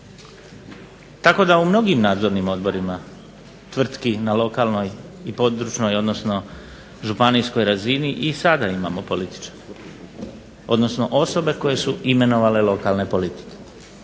Tako da u mnogim nadzornim odborima tvrtki na lokalnoj i područnoj odnosno županijskoj razini i sada imamo političare, odnosno osobe koje su imenovale lokalne političare.